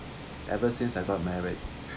ever since I got married